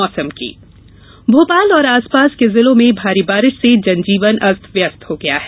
मौसम भोपाल और आसपास के जिलों में भारी बारिश से जनजीवन अस्त व्यस्त हो गया है